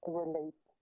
relate